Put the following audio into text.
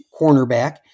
cornerback